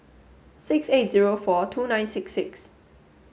six eight zero four two nine six six